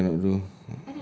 so many thing cannot do